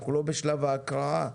אנחנו לא בשלב ההקראה,